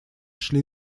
шли